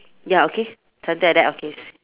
ya okay something like that okay s~